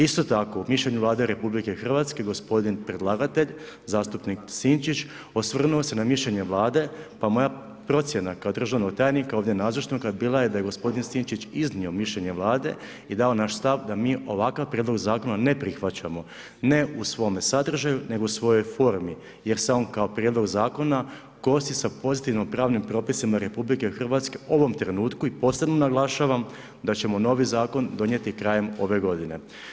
Isto tako u mišljenju Vlade RH, gospodin predlagatelj, zastupnik Sinčić, osvrnuo se na mišljenje Vlade pa moja procjena kao državnog tajnika ovdje nazočnoga, bila je da je gospodin Sinčić iznio mišljenje Vlade i dao naš stav dami ovakav prijedlog zakona ne prihvaćamo, ne u svome sadržaju nego u svojoj formi jer se on kao prijedlog zakona kosi sa pozitivnom pravnim propisima RH u ovom trenutku i posebno naglašavam da ćemo novi zakon donijeti krajem ove godine.